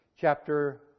chapter